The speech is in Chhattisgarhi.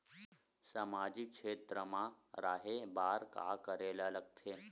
सामाजिक क्षेत्र मा रा हे बार का करे ला लग थे